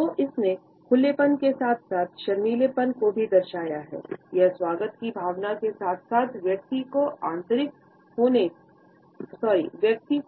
तो इसने खुलेपन के साथ साथ शर्मीलेपन को भी दर्शाया है यह स्वागत की भावना के साथ साथ व्यक्ति